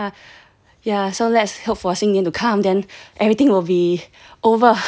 ya so let's hope for 新年 to come then everything will be over